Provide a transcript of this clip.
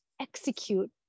execute